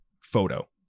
photo